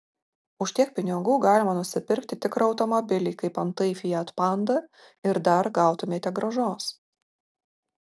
už tiek pinigų galima nusipirkti tikrą automobilį kaip antai fiat panda ir dar gautumėte grąžos